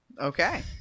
Okay